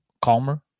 calmer